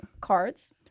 cards